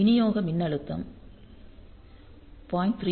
விநியோக மின்னழுத்தம் 0